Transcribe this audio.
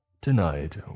Tonight